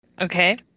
okay